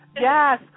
Yes